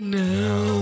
now